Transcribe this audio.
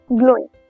glowing